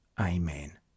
Amen